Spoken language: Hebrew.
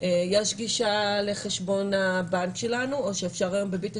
יש גישה לחשבון הבנק שלנו או אפשר להעביר היום בביט.